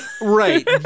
Right